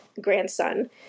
grandson